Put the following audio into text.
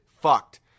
fucked